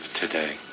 today